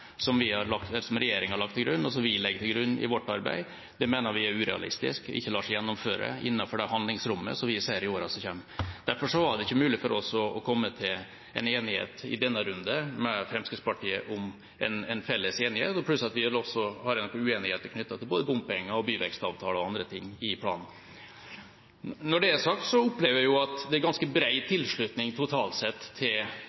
som regjeringa har lagt til grunn, og som vi legger til grunn i vårt arbeid, er urealistisk og ikke lar seg gjennomføre innenfor det handlingsrommet vi ser i årene som kommer. Derfor var det ikke mulig for oss å komme til en felles enighet i denne runden med Fremskrittspartiet, pluss at vi også har en uenighet knyttet til bompenger og byvekstavtaler og andre ting i planen. Når det er sagt, opplever jeg at det er en ganske bred tilslutning totalt sett til hovedrammen i Nasjonal transportplan på rundt 1 200 mrd. kr. Jeg opplever at det er en ganske bred tilslutning til